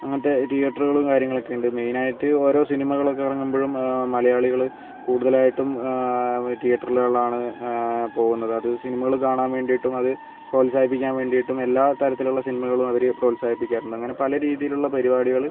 അങ്ങനത്തെ ടീയേറ്ററുകള് കാര്യങ്ങളൊക്കെ ഉണ്ട് മെയിനായിട്ട് ഓരോ സിനിമകളൊക്കെ ഇറങ്ങുമ്പോഴും മലയാളികള് കൂടുതലായിട്ടും ടീയേറ്ററുകളിലാണ് പോകുന്നത് അത് സിനിമകൾ കാണാൻ വേണ്ടീട്ടും അത് പ്രോത്സാഹിപ്പിക്കാൻ വേണ്ടീട്ടും എല്ലാ തരത്തിലുള്ള സിനിമകളും അവര് പ്രോത്സാഹിപ്പിക്കാറുണ്ട് അങ്ങനെ പല രീതിയിലുള്ള പരുപാടികള്